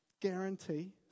Guarantee